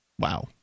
Wow